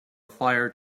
fire